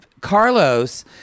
carlos